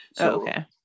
Okay